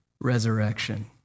resurrection